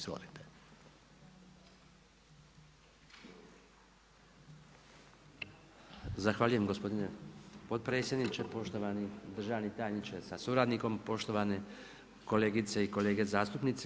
Zahvaljujem gospodine potpredsjedniče, poštovani državni tajniče sa suradnikom, poštovane kolegice i kolege zastupnici.